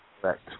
Correct